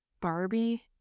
Barbie